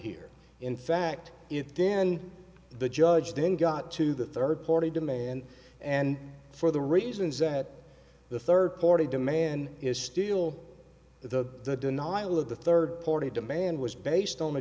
here in fact if then the judge then got to the third party demand and for the reasons that the third party demand is still the denial of the third party demand was based on the